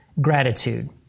gratitude